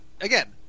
again